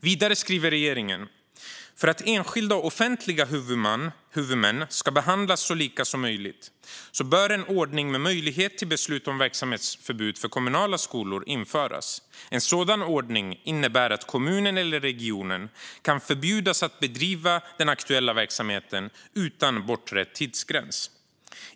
Vidare skriver regeringen: "För att enskilda och offentliga huvudmän ska behandlas så lika som möjligt bör en ordning med möjlighet till beslut om verksamhetsförbud för kommunala skolor införas. En sådan ordning innebär att kommunen eller regionen kan förbjudas att bedriva den aktuella verksamheten utan bortre tidsgräns.